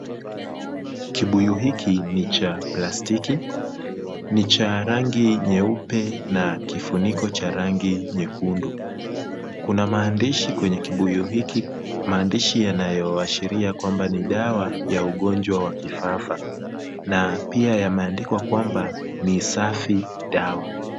Kibuyu hiki ni cha plastiki. Ni cha rangi nyeupe na kifuniko cha rangi nyekundu. Kuna maandishi kwenye kibuyu hiki, maandishi yanayoashiria kwamba ni dawa ya ugonjwa wa kifafa na pia yameandikwa kwamba ni safi dawa.